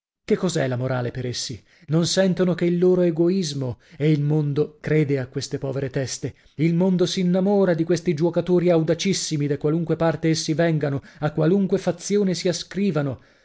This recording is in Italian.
che cos'è la morale per essi non sentono che il loro egoismo e il mondo crede a queste povere teste il mondo s'innamora di questi giuocatori audacissimi da qualunque parte essi vengano a qualunque fazione si ascrivano